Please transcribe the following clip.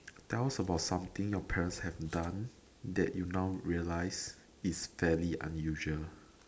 tell us about something your parents have done that you now realize is fairly unusual